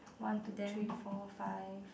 one two three four five